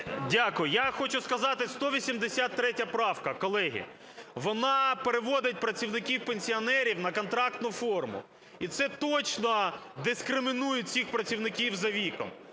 Дякую. Я хочу сказати, 183 правка, колеги, вона переводить працівників-пенсіонерів на контрактну форму, і це точно дискримінує цих працівників за віком.